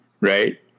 right